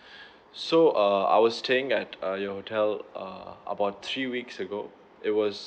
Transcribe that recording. so uh I was staying at uh your hotel uh about three weeks ago it was